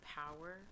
power